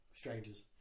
Strangers